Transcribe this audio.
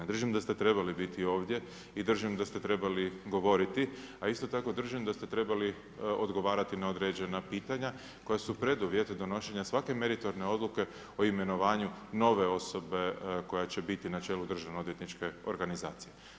Držim da ste trebali biti ovdje i držim da ste trebali govoriti a isto tako držim da ste trebali odgovarati na određena pitanja koja su preduvjet donošenja svake meritorne odluke o imenovanju nove osobe koja će biti na čelu državnoodvjetničke organizacije.